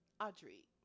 audrey